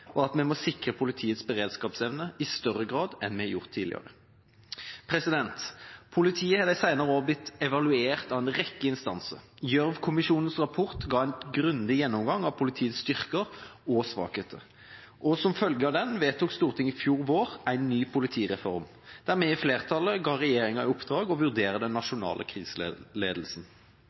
og at vi må sikre politiets beredskapsevne i større grad enn vi har gjort tidligere. Politiet har de senere år blitt evaluert av en rekke instanser. Gjørv-kommisjonens rapport ga en grundig gjennomgang av politiets styrker og svakheter, og som følge av den vedtok Stortinget i fjor vår en ny politireform der flertallet ga regjeringa i oppdrag å vurdere den nasjonale